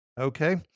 Okay